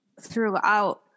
throughout